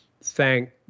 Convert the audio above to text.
Thank